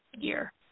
year